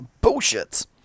Bullshit